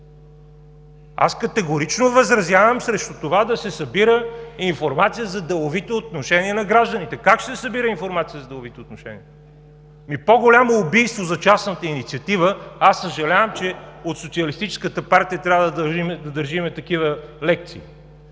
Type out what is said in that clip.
Категорично възразявам срещу това да се събира информация за деловите отношения на гражданите. Как ще се събира информация за деловите отношения? По-голямо убийство за частната инициатива – съжалявам, че от Социалистическата партия трябва да държим такива лекции